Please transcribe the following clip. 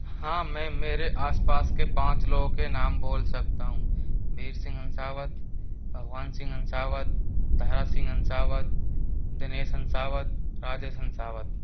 हाँ मैं मेरे आस पास के पाँच लोगों के नाम बोल सकता हूँ वीर सिंह हंसावत भगवान सिंह हंसावत तारा सिंह हंसावत दिनेश हंसावत राजेश हंसावत